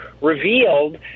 revealed